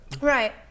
Right